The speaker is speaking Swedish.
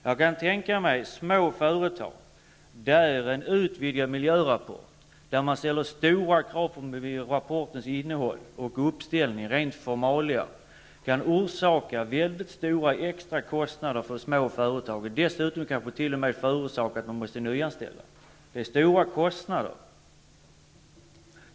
Jag kan tänka mig att en utvidgad miljörapport, med stora krav på rapportens innehåll och dess rent formella uppställning, kan orsaka väldigt stora extra kostnader för små företag och dessutom kanske t.o.m. leda till att de måste nyanställa personal. Detta innebär stora kostnader.